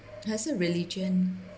还是 religion